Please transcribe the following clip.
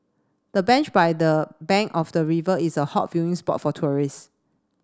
the bench by the bank of the river is a hot viewing spot for tourists